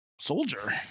soldier